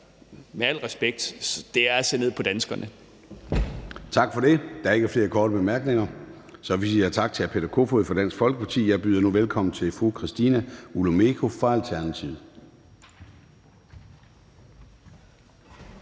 med al respekt, det er at se ned på danskerne. Kl. 23:35 Formanden (Søren Gade): Tak for det. Der er ikke flere korte bemærkninger. Så vi siger tak til hr. Peter Kofod fra Dansk Folkeparti. Jeg byder nu velkommen til fru Christina Olumeko fra Alternativet.